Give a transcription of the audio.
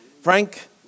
Frank